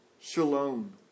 shalom